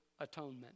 atonement